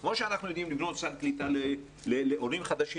כפי שאנחנו יודעים לבנות סל קליטה לעולים חדשים,